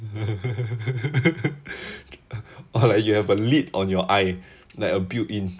or like you have a lid on your eye like a built in